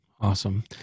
Awesome